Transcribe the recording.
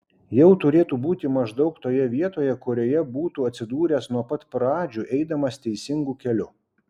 jau turėtų būti maždaug toje vietoje kurioje būtų atsidūręs nuo pat pradžių eidamas teisingu keliu